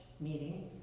meeting